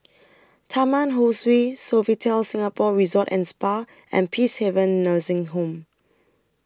Taman Ho Swee Sofitel Singapore Resort and Spa and Peacehaven Nursing Home